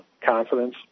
confidence